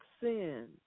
sin